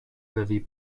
very